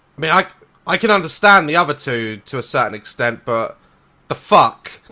mean like i can understand the other two to a certain extent, but the fuck